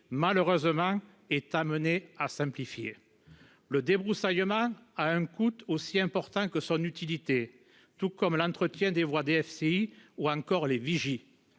malheureusement, est amené à s'amplifier. Le débroussaillement a un coût aussi important que son utilité, tout comme l'entretien des voies de défense de la